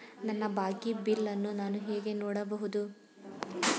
ನನ್ನ ಬಾಕಿ ಬಿಲ್ ಅನ್ನು ನಾನು ಹೇಗೆ ನೋಡಬಹುದು?